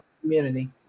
community